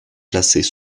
classés